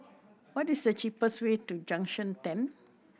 what is the cheapest way to Junction Ten